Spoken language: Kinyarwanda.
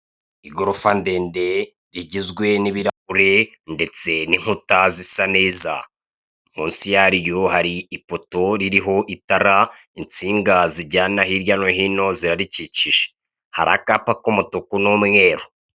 Igorofa ndende rigizwe n'ibirahure ndetse n'inkuta zisa neza, munsi yaryo hari ipoto ririho itara, insinga zijyana hirya no hino zirayikikije, hari akapa k'umutuku n'umweru.